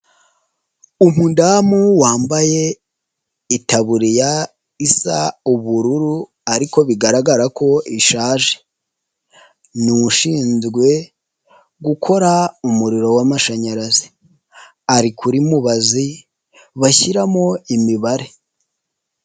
Umudamu wambaye itaburiya isa ubururu ariko bigaragara ko ishaje, ni ushinzwe gukora umuriro w'amashanyarazi, ari kuri mubazi bashyiramo imibare.